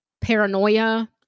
paranoia